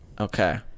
Okay